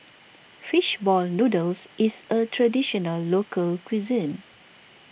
Fish Ball Noodles is a Traditional Local Cuisine